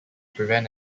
prevent